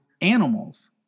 animals